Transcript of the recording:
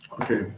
Okay